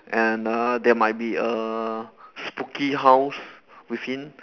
and uh there might be a spooky house within